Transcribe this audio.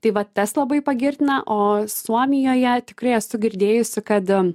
tai vat tas labai pagirtina o suomijoje tikrai esu girdėjusi kad